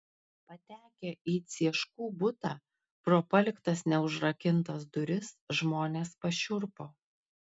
patekę į cieškų butą pro paliktas neužrakintas duris žmonės pašiurpo